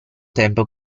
tempo